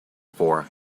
for